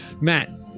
Matt